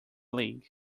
league